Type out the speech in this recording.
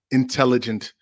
intelligent